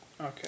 Okay